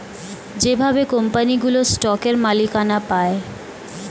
যেভাবে কোম্পানিগুলো স্টকের মালিকানা পায়